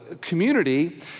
community